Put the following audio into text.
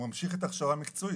הוא ממשיך את ההכשרה המקצועית,